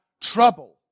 trouble